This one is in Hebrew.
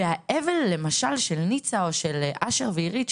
והאבל למשל של ניצה או של אשר ואירית,